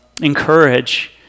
encourage